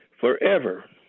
forever